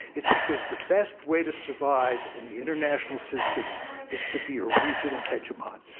it's because the best way to survive in the international system is to be a regional hegemon.